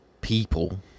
people